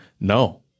No